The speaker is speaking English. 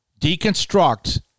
deconstruct